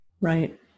Right